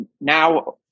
now